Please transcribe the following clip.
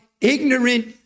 ignorant